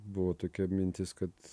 buvo tokia mintis kad